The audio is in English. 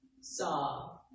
saw